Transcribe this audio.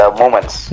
moments